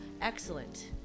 Excellent